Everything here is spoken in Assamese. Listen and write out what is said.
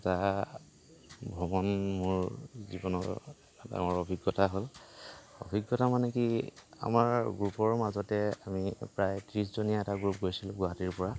এটা ভ্ৰমণ মোৰ জীৱনৰ ডাঙৰ অভিজ্ঞতা হ'ল অভিজ্ঞতা মানে কি আমাৰ গ্ৰুপৰ মাজতে আমি প্ৰায় ত্ৰিছজনীয়া এটা গ্ৰুপ গৈছিলোঁ গুৱাহাটীৰ পৰা